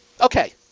Okay